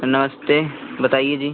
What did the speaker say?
sir नमस्ते बताइए जी